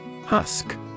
Husk